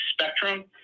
spectrum